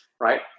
right